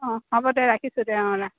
অঁ হ'ব দে ৰাখিছোঁ দে অঁ ৰাখ